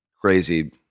crazy